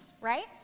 right